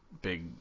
big